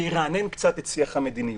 שירענן קצת את שיח המדיניות.